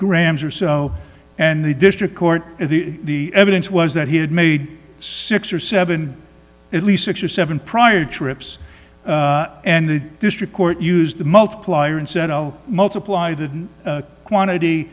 grams or so and the district court the evidence was that he had made six or seven at least six or seven prior trips and the district court used the multiplier and said well multiply the quantity